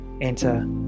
enter